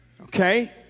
Okay